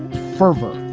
fervor,